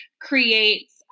creates